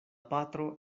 patro